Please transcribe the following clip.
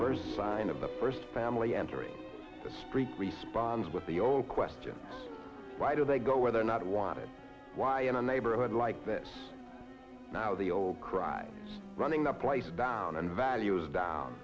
first sign of the first family entering the street responds with the question why do they go where they're not wanted why in a neighborhood like this now the old cry running the place down and values down